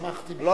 שמחתי בשבילו,